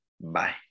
bye